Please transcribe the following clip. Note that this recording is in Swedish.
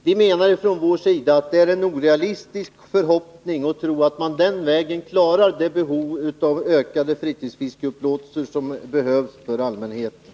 Vi menar att det är en orealistisk förhoppning att tro att det är möjligt att den vägen klara det ökade behovet av fritidsfiskeupplåtelser för allmänheten.